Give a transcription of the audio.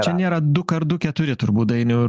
čia nėra dukart du keturi turbūt dainiau